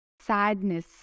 sadness